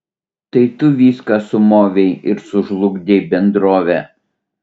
tai tu viską sumovei ir sužlugdei bendrovę